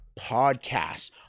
podcasts